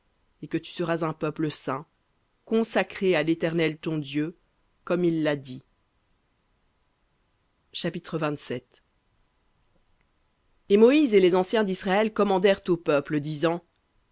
et que tu seras un peuple saint à l'éternel ton dieu comme il l'a dit chapitre et moïse et les anciens d'israël commandèrent au peuple